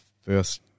first